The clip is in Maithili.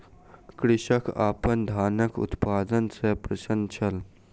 कृषक अपन धानक उत्पादन सॅ प्रसन्न छल